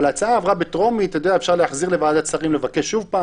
אבל ההצעה עברה בטרומית ואפשר להחזיר לוועדת שרים ולבקש שוב.